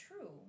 true